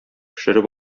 пешереп